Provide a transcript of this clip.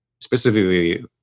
specifically